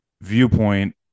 viewpoint